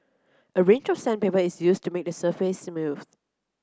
a range of sandpaper is used to make the surface smooth